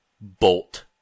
bolt